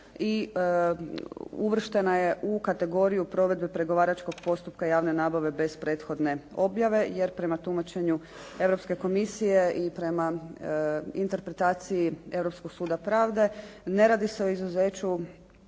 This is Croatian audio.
i uvrštena je u kategoriju provedbe pregovaračkog postupka javne nabave bez prethodne objave jer prema tumačenju Europske komisije i prema interpretaciji Europskog suda pravde ne radi se o izuzeću,